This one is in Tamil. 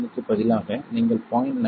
99 க்கு பதிலாக நீங்கள் 0